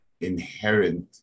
inherent